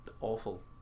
awful